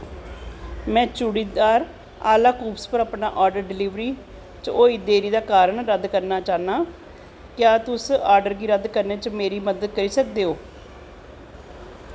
में चूड़ीदार आह्ला कूव्स पर अपना आर्डर डिलीवरी च होई देरी दे कारण रद्द करना चाह्न्नां क्या तुस आर्डर गी रद्द करने च मेरी मदद करी सकदे ओ